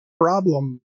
problem